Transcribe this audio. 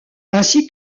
ainsi